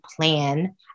plan